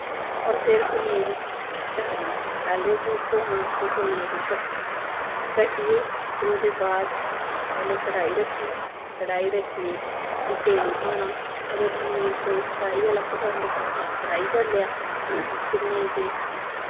होर फिर पनीर कट्टना पैह्ले उस्सी धोना धोहियै फिर उस्सी कट्टना कट्टियै फिर ओह्दे बाद पैह्ले कड़ाही रक्खनी कड़ाही रक्खियै फिर तेल पाना अगर पनीर कोई फ्राई आह्ला पसंद करदा ऐ ते फ्राई करी लेआ ते नेईं ते